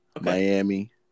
Miami